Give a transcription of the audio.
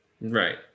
Right